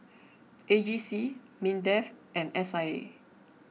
A G C Mindef and S I A